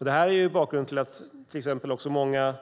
Detta är bakgrunden till att exempelvis många